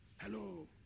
Hello